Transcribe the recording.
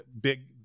Big